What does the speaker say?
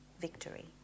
victory